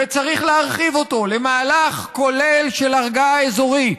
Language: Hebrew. וצריך להרחיב אותו למהלך כולל של הרגעה אזורית.